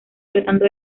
tratando